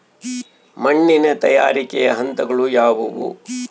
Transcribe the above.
ಮಣ್ಣಿನ ತಯಾರಿಕೆಯ ಹಂತಗಳು ಯಾವುವು?